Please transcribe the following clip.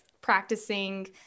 practicing